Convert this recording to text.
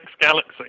galaxy